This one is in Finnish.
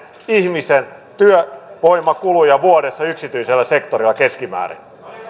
ihmisen työvoimakuluja vuodessa yksityisellä sektorilla keskimäärin